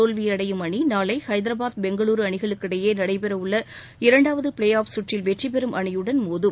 தோல்வியடையும் அணி நாளை ஐதரபாத் பெங்களூரு அணிகளுக்கிடையே நடைபெறவுள்ள இரண்டாவது பிளே ஆஃப் சுற்றில் வெற்றி பெறும் அணியுடன் மோதும்